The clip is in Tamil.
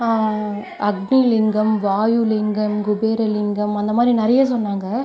அக்னி லிங்கம் வாயு லிங்கம் குபேர லிங்கம் அந்த மாதிரி நிறைய சொன்னாங்க